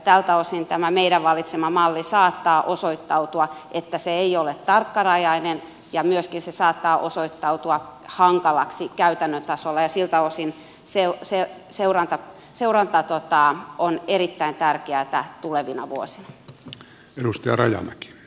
tältä osin saattaa osoittautua että tämä meidän valitsema malli ei ole tarkkarajainen ja myöskin se saattaa osoittautua hankalaksi käytännön tasolla ja siltä osin seuranta on erittäin tärkeätä tulevina vuosina